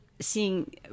seeing